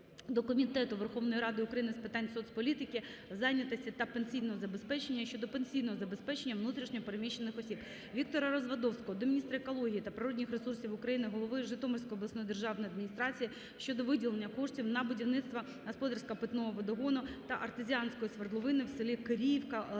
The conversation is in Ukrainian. Комітету Верховної Ради України з питань соцполітики, зайнятості та пенсійного забезпечення щодо пенсійного забезпечення внутрішньо переміщених осіб. Віктора Развадовського до міністра екології та природних ресурсів України, голови Житомирської обласної державної адміністрації щодо виділення коштів на будівництво господарсько-питного водогону та артезіанської свердловини в селі Кириївка